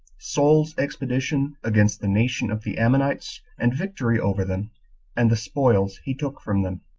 saul's expedition against the nation of the ammonites and victory over them and the spoils he took from them.